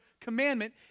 commandment